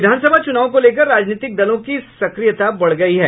विधानसभा चुनाव को लेकर राजनीतिक दलों की सक्रियता बढ़ गयी है